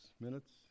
minutes